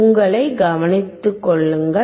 உங்களை கவனித்துக் கொள்ளுங்கள்